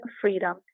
freedom